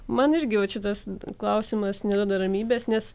man irgi vat šitas klausimas neduoda ramybės nes